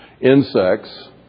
insects